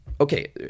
Okay